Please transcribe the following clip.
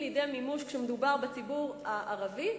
לידי מימוש כשמדובר בציבור הערבי,